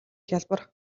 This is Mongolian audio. хялбар